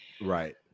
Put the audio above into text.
right